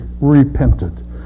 repented